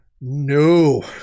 No